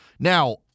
Now